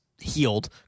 healed